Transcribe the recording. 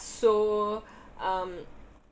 so um